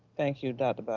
thank you, dr. but